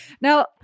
Now